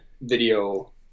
video